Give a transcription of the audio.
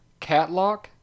Catlock